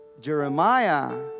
Jeremiah